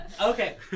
Okay